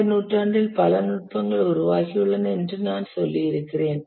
இந்த நூற்றாண்டில் பல நுட்பங்கள் உருவாகியுள்ளன என்று நான் சொல்லி இருக்கிறேன்